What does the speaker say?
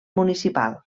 municipal